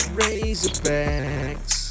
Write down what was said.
razorbacks